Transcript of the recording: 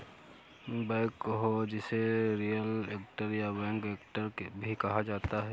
backhoe जिसे rear actor या back actor भी कहा जाता है